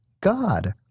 God